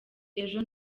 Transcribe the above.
ejo